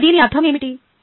ఇప్పుడు దీని అర్థం ఏమిటి